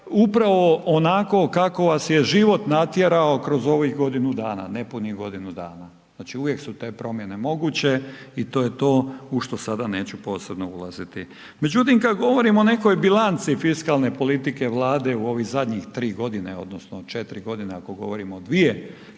upravo onako kako vas je život natjerao kroz ovih godinu dana, nepunih godinu dana, znači uvijek su te promjene moguće i to je to u što sada neću posebno ulaziti. Međutim, kad govorim o nekoj bilanci fiskalne politike Vlade u ovih zadnjih 3.g. odnosno četiri godine ako govorimo o dvije